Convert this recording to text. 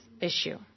issue